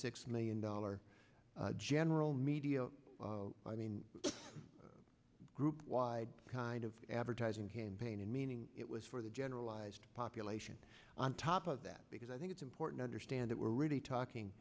six million dollar general media i mean a group wide kind of advertising campaign and meaning it was for the generalized population on top of that because i think it's important understand that we're really talking